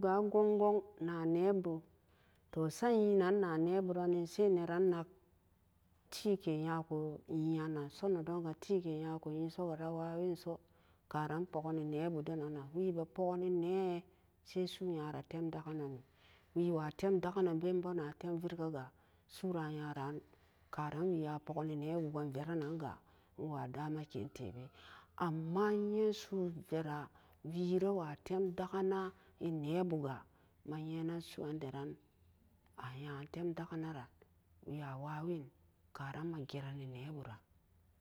Kon kon na nebu toh sat yenan na nebu ran ne sai neran nak ti ke yaku yin nan so neddonga tike yak yin so ga a wawenso karan puk ke ni nebudan nanna we'a be a po keni sai su'uyara tem dakenin we wai tem dakenanbe a be na tem virka gai su'ua yaran ka ran we a puke ni ne wuken veren nanga we wa dama ke tee amma e yin su'u vera wi re wa tem dakena e nebu ga ma yenem su'u wandaran a yen temdakana nan wi a wawa'an ka ran a jire ne nebu ran